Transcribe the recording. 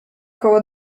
koło